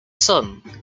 son